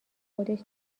خودش